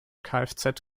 kfz